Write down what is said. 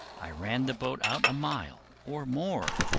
i ran the boat out a mile or more,